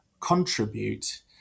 contribute